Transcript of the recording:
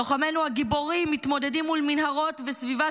לוחמינו הגיבורים מתמודדים מול מנהרות וסביבה